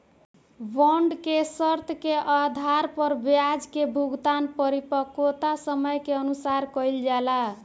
bond के शर्त के आधार पर ब्याज के भुगतान परिपक्वता समय के अनुसार कईल जाला